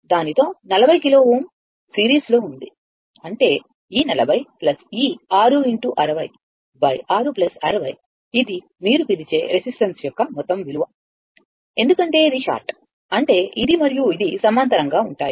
దానితో 40 కిలో Ω సిరీస్లో ఉంది అంటే ఈ 40 ఈ 6 x 60 6 60 ఇది మీరు పిలిచే రెసిస్టెన్స్ యొక్క మొత్తం విలువ ఎందుకంటే ఇది షార్ట్ అంటే ఇది మరియు ఇది సమాంతరంగా ఉంటాయి